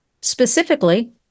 Specifically